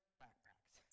backpacks